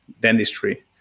dentistry